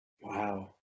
Wow